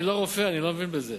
אני לא רופא, אני לא מבין בזה.